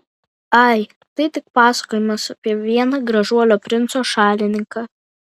ai tai tik pasakojimas apie vieną gražuolio princo šalininką